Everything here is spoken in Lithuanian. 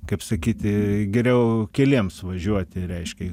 kaip sakyti geriau keliems važiuoti reiškia